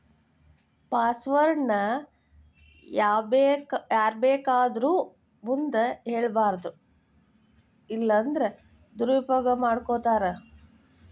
password ನ ಯಾರ್ಬೇಕಾದೊರ್ ಮುಂದ ಹೆಳ್ಬಾರದು ಇಲ್ಲನ್ದ್ರ ದುರುಪಯೊಗ ಮಾಡ್ಕೊತಾರ